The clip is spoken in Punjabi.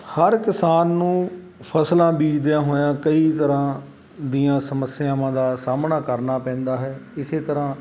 ਹਰ ਕਿਸਾਨ ਨੂੰ ਫਸਲਾਂ ਬੀਜਦਿਆਂ ਹੋਇਆਂ ਕਈ ਤਰ੍ਹਾਂ ਦੀਆਂ ਸਮੱਸਿਆਵਾਂ ਦਾ ਸਾਹਮਣਾ ਕਰਨਾ ਪੈਂਦਾ ਹੈ ਇਸੇ ਤਰ੍ਹਾਂ